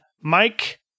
Mike